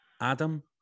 Adam